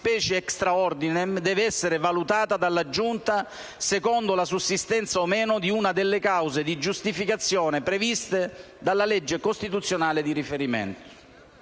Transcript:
fattispecie *extra ordinem* deve essere valutata dalla Giunta secondo la sussistenza o meno di una delle cause di giustificazione previste dalla legge costituzionale di riferimento.